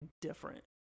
different